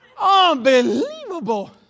Unbelievable